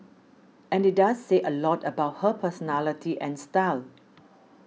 but it does say a lot about her personality and style